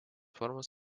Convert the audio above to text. formos